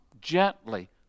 gently